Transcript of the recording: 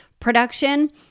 Production